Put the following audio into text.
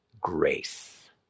grace